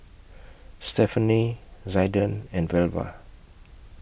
Stephanie Zaiden and Velva